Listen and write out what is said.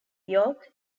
york